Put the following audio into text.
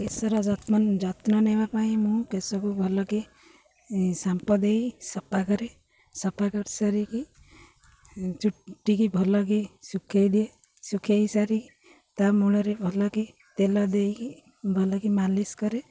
କେଶର ଯତ୍ନ ଯତ୍ନ ନେବା ପାଇଁ ମୁଁ କେଶକୁ ଭଲକେ ଶାମ୍ପୁ ଦେଇ ସଫା କରେ ସଫା କରିସାରିକି ଚୁଟିକି ଭଲକି ଶୁଖାଇ ଦିଏ ଶୁଖାଇ ସାରି ତା' ମୂଳରେ ଭଲକି ତେଲ ଦେଇକି ଭଲକି ମାଲିସ କରେ